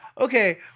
okay